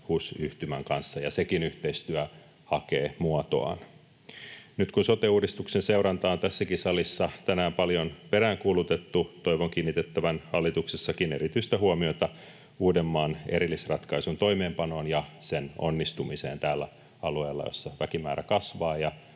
HUS-yhtymän kanssa, ja sekin yhteistyö hakee muotoaan. Nyt kun sote-uudistuksen seurantaa tässäkin salissa tänään on paljon peräänkuulutettu, toivon kiinnitettävän hallituksessakin erityistä huomiota Uudenmaan erillisratkaisun toimeenpanoon ja sen onnistumiseen täällä alueella, jolla väkimäärä kasvaa